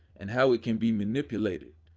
and how it can be manipulated.